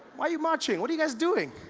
why you marching? what you guys doing?